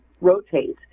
rotate